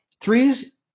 Threes